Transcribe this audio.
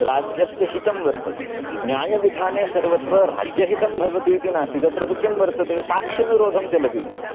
राज्यस्य हितं वर्तते न्यायविधाने सर्वत्र राज्यहितं भवति इति नास्ति तत्र तु किं वर्तते साक्षनिरोधं चलति तत्